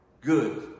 good